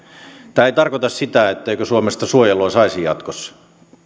tämä ei tarkoita sitä etteikö suomesta suojelua saisi jatkossa